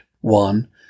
one